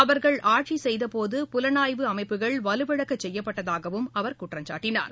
அவர்கள் ஆட்சி செய்தபோது புலனாய்வு அமைப்புகள் வலுவிழக்க செய்யப்பட்டதாகவும் அவர் குற்றம் சாட்டினார்